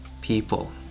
people